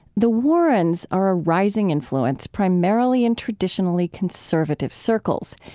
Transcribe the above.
the warrens are a rising influence, primarily in traditionally conservative circles.